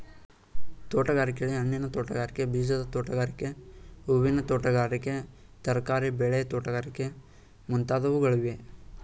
ತೋಟಗಾರಿಕೆಯಲ್ಲಿ, ಹಣ್ಣಿನ ತೋಟಗಾರಿಕೆ, ಬೀಜದ ತೋಟಗಾರಿಕೆ, ಹೂವಿನ ತೋಟಗಾರಿಕೆ, ತರಕಾರಿ ಬೆಳೆ ತೋಟಗಾರಿಕೆ ಮುಂತಾದವುಗಳಿವೆ